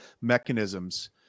mechanisms